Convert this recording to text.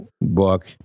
book